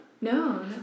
no